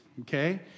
okay